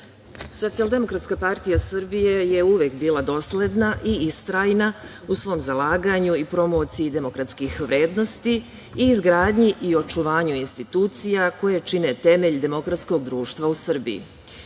ime. Socijaldemokratska partija Srbije je uvek bila dosledna i istrajna u svom zalaganju i promociji demokratskih vrednosti i izgradnji i očuvanja institucija koje čine temelj demokratskog društva u